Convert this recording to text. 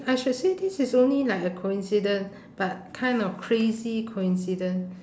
I should say this is only like a coincidence but kind of crazy coincidence